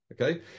Okay